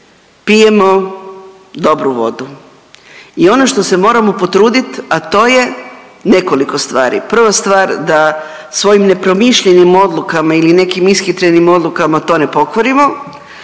pijemo dobru vodu i ono što se moramo potrudi, a to je nekoliko stvari, prva stvar da svojim nepromišljenim odlukama ili nekim ishitrenim odlukama to ne pokvarimo.